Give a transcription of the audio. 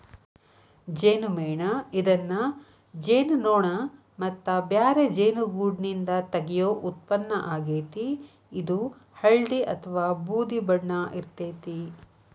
ಜೇನುಮೇಣ ಇದನ್ನ ಜೇನುನೋಣ ಮತ್ತ ಬ್ಯಾರೆ ಜೇನುಗೂಡ್ನಿಂದ ತಗಿಯೋ ಉತ್ಪನ್ನ ಆಗೇತಿ, ಇದು ಹಳ್ದಿ ಅತ್ವಾ ಬೂದಿ ಬಣ್ಣ ಇರ್ತೇತಿ